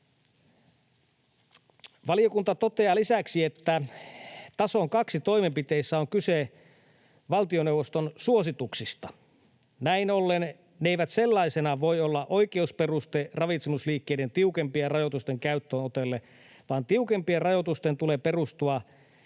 Valiokunta toteaa lisäksi, että tason 2 toimenpiteissä on kyse valtioneuvoston suosituksista. Näin ollen ne eivät sellaisinaan voi olla oikeusperuste ravitsemusliikkeiden tiukempien rajoitusten käyttöönotolle, vaan tiukempien rajoitusten tulee perustua